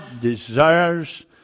desires